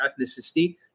ethnicity